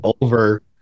over